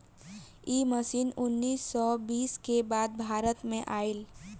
इ मशीन उन्नीस सौ बीस के बाद भारत में आईल